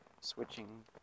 switching